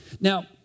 Now